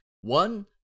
One